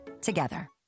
together